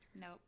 Nope